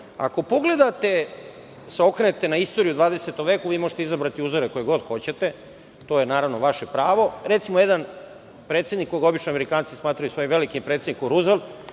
ovo. Ako pogledate, ako se okrenete na istoriju u 20. veku, vi možete izabrati uzorak koji god hoćete, to je naravno vaše pravo. Recimo, jedan predsednik koga obično Amerikanci smatraju svojim velikim predsednikom, Ruzvelt,